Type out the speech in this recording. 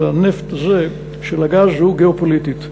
של הגז היא גם גיאו-פוליטית.